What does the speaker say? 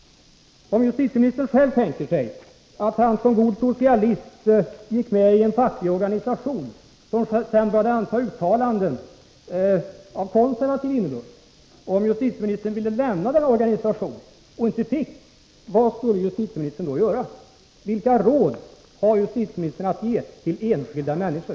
Om justitieministern tänker sig att han själv som god socialist gick med i en facklig organisation, som sedan började anta uttalanden av konservativ innebörd, och om justitieministern ville lämna denna organisation och inte fick det, vad skulle justitieministern då göra? Vilka råd har justitieministern att ge till enskilda människor?